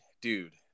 Dude